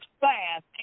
fast